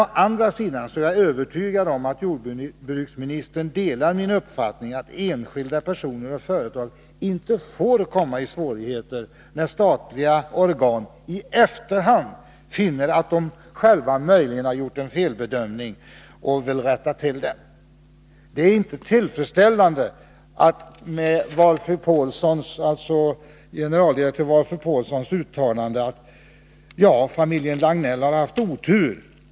Å andra sidan är jag övertygad om att jordbruksministern delar min uppfattning, att enskilda personer och företag inte får komma i svårigheter när statliga organ i efterhand finner att de själva möjligen gjort en felbedömning och vill rätta till denna. Det är inte tillfredsställande med generaldirektör Valfrid Paulssons uttalande att familjen Lagnell har haft otur.